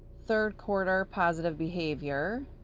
third quarter positive behavior,